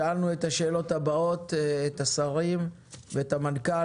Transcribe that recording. שאלנו את השאלות הבאות את השרים ואת המנכ"ל: